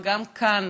וגם כאן,